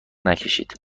نکشید